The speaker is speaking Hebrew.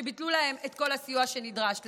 שביטלו להם את כל הסיוע שנדרש להם.